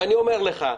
ואני אומר לך,